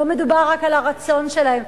לא מדובר רק על הרצון שלהם.